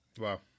Wow